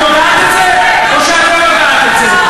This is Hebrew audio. את יודעת את זה או שאת לא יודעת את זה?